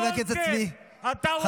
חבר הכנסת צבי סוכות,